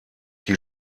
die